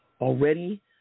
already